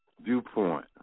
viewpoint